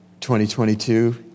2022